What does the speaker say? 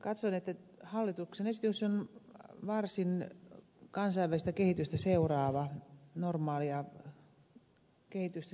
katson että hallituksen esitys on varsin kansainvälistä kehitystä seuraava normaalia kehitystä seuraava esitys